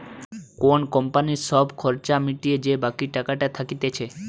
কোন কোম্পানির সব খরচা মিটিয়ে যে বাকি টাকাটা থাকতিছে